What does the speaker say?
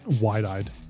Wide-eyed